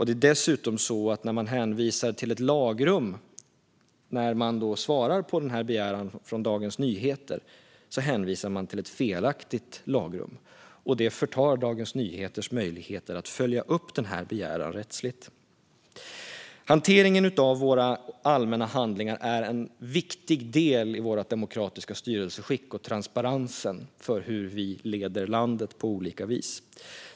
Det var dessutom så att när man svarade på begäran från Dagens Nyheter hänvisade man till ett felaktigt lagrum. Detta förtog Dagens Nyheters möjligheter att följa upp denna begäran rättsligt. Hanteringen av våra allmänna handlingar är en viktig del i vårt demokratiska styrelseskick och transparensen i hur vi leder landet.